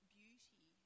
beauty